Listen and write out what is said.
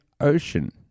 Ocean